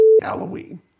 Halloween